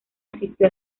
asistió